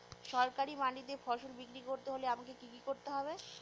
সরকারি মান্ডিতে ফসল বিক্রি করতে হলে আমাকে কি কি করতে হবে?